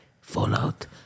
Fallout